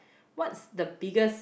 what's the biggest